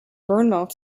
bournemouth